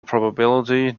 probability